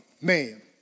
man